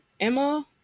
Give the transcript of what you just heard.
Emma